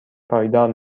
پایدار